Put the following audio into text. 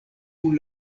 kun